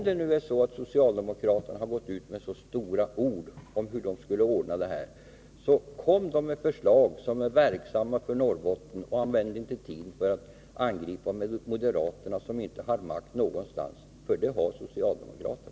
Eftersom socialdemokraterna har gått ut med så stora ord om hur de skall lösa problemen, tycker jag att de skall lägga fram förslag som är verkningsfulla för Norrbotten. Använd inte tiden till att angripa moderaterna, som inte har makten nu. Det har däremot socialdemokraterna.